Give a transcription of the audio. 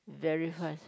very fast